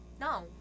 No